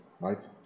right